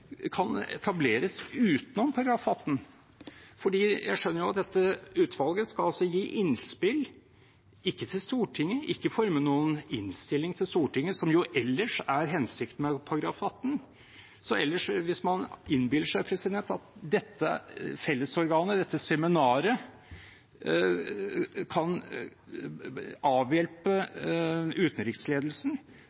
kan etableres utenom § 18. Jeg skjønner at dette utvalget skal gi innspill, men ikke til Stortinget, de skal ikke forme noen innstilling til Stortinget, noe som ellers er hensikten med § 18. Hvis man innbiller seg at dette fellesorganet, dette seminaret, kan avhjelpe